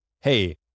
Hey